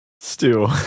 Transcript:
Stew